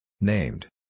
Named